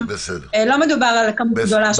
לא מדובר על כמות גדולה.